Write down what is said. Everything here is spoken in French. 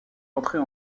entrer